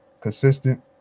consistent